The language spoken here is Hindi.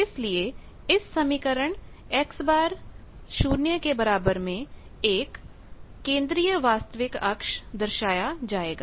इसलिए यह समीकरणX 0 एक केंद्रीय वास्तविक अक्ष को दर्शायेगा